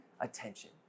attention